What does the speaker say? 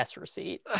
receipt